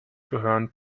gehören